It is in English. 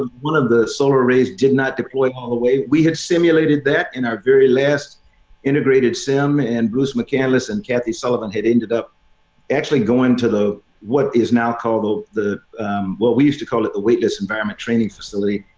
ah one of the solar arrays did not deploy all the way. we had simulated that in our very last integrated sim and bruce mccandless and kathy sullivan had ended up actually going to the what is now called the the what we used to call it the weightless enviroment training facility.